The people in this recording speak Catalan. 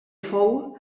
fou